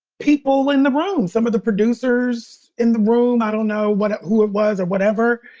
people in the room, some of the producers in the room. i don't know what, who it was or whatever.